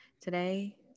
today